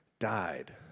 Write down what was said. died